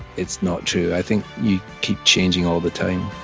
it's not true. i think you keep changing all the time